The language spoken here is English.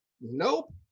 Nope